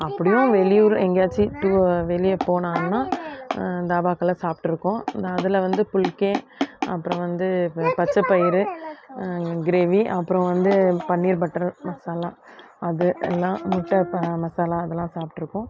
அப்படியும் வெளியூர் எங்கேயாச்சும் டூ வெளியே போனாங்கன்னால் தாபாக்கள்ல சாப்பிட்ருக்கோம் அதில் வந்து புல்கே அப்புறம் வந்து பச்சைப்பயிறு க்ரேவி அப்புறம் வந்து பன்னீர் பட்டர் மசாலா அது எல்லாம் முட்டை மசாலா இதெல்லாம் சாப்பிட்ருக்கோம்